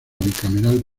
bicameral